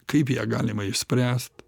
kaip ją galima išspręst